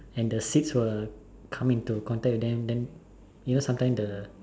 and the seeds were come into contact with them then you know sometimes the